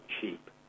cheap